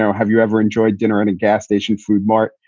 have you ever enjoyed dinner at a gas station, food mart,